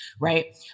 right